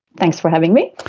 thanks for having me.